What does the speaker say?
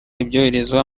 ibyoherezwa